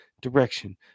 direction